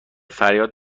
فریاد